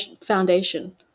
foundation